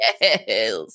Yes